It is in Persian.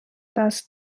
دست